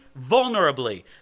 vulnerably